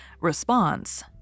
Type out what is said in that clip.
Response